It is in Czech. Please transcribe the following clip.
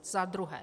Za druhé.